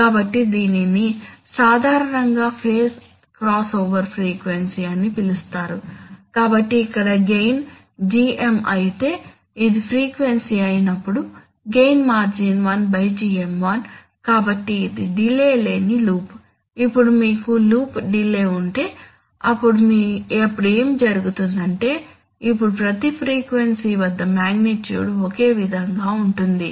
కాబట్టి దీనిని సాధారణంగా ఫేజ్ క్రాస్ఓవర్ ఫ్రీక్వెన్సీ అని పిలుస్తారు కాబట్టి ఇక్కడ గెయిన్ GM అయితే ఇది ఫ్రీక్వెన్సీ అయినప్పుడు గెయిన్ మార్జిన్ 1GM1 కాబట్టి ఇది డిలే లేని లూప్ ఇప్పుడు మీకు లూప్ డిలే ఉంటే అప్పుడు ఏమి జరుగుతుందంటే ఇప్పుడు ప్రతి ఫ్రీక్వెన్సీ వద్ద మాగ్నిట్యూడ్ ఒకే విధంగా ఉంటుంది